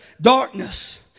darkness